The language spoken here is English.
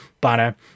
banner